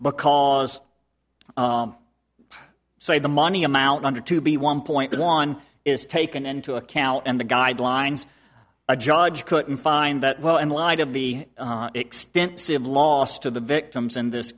because i say the money amount under to be one point one is taken into account and the guidelines a judge couldn't find that well in light of the extensive loss to the victims in this